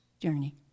journey